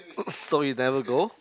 so you never go